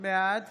בעד